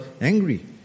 angry